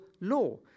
law